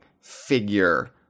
figure